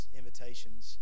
invitations